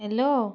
hello